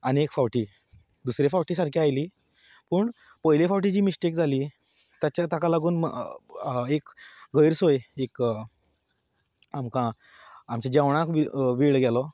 आनी एक फावटी दुसरे फावटी सारकी आयली पूण पयले फावटी जी मिस्टेक जाली ताचे ताका लागून एक गैर सोय जी एक आमकां आमच्या जेवणाक वेळ गेलो